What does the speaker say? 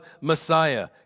Messiah